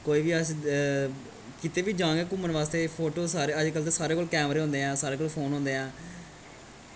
कोई बी अस किते बी जां गे घूमन बास्तै फोटो सारे अज्ज कल ते सारें कोल कैमरे होंदे ऐ सारें कोल फोन होंदे ऐ